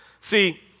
See